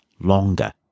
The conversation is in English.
longer